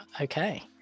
okay